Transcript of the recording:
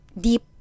Deep